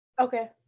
Okay